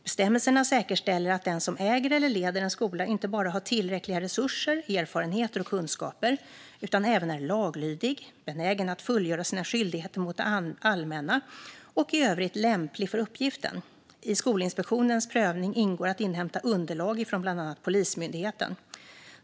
Bestämmelserna säkerställer att den som äger eller leder en skola inte bara har tillräckliga resurser, erfarenheter och kunskaper utan även är laglydig, benägen att fullgöra sina skyldigheter mot det allmänna och i övrigt lämplig för uppgiften. I Skolinspektionens prövning ingår att inhämta underlag från bland annat Polismyndigheten.